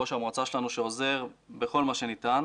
ראש המועצה שלנו שעוזר בכל מה שניתן.